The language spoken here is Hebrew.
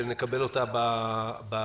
שנקבל אותה בהמשך.